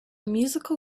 musical